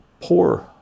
poor